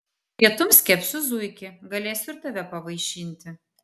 pietums kepsiu zuikį galėsiu ir tave pavaišinti